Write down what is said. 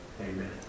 Amen